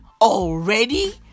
ALREADY